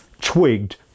twigged